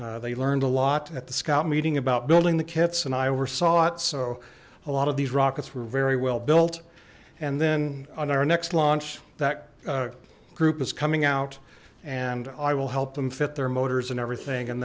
kits they learned a lot at the scout meeting about building the kits and i oversaw it so a lot of these rockets were very well built and then on our next launch that group is coming out and i will help them fit their motors and everything and